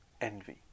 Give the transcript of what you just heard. Envy